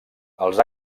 els